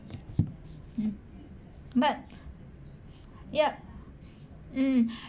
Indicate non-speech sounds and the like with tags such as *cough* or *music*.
mm but yup mm *breath*